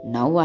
Now